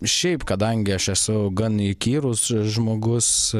šiaip kadangi aš esu gan įkyrūs žmogus